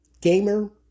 gamer